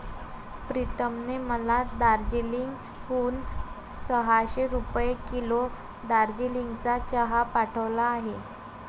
प्रीतमने मला दार्जिलिंग हून सहाशे रुपये किलो दार्जिलिंगचा चहा पाठवला आहे